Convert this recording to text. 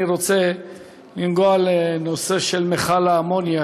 אני רוצה לנגוע בנושא מכל האמוניה,